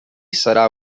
sarà